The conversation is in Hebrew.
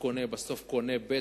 שקונה בסוף קונה, ב.